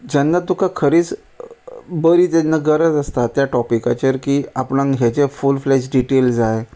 जेन्ना तुका खरीच बरी जेन्ना गरज आसता ते टॉपिकाचेर की आपणांक हाजें फूल फ्लॅज डिटेल जाय